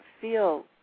feel